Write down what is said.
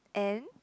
and